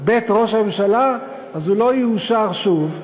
בית ראש הממשלה, אז הוא לא יאושר שוב.